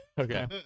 Okay